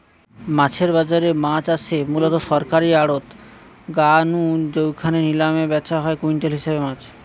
মাছের বাজারে মাছ আসে মুলত সরকারী আড়ত গা নু জউখানে নিলামে ব্যাচা হয় কুইন্টাল হিসাবে মাছ